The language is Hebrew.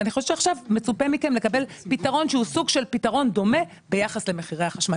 ועכשיו מצופה מכם לקבל פתרון דומה ביחס למחירי החשמל.